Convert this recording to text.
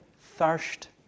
thirst